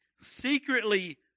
secretly